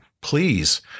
please